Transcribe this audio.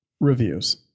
Reviews